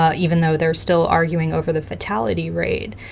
ah even though they're still arguing over the fatality rate.